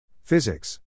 Physics